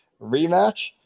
rematch